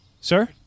Sir